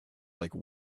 like